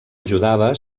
ajudava